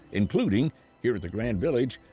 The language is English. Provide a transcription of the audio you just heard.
including here at the grand village,